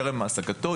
טרם העסקתו,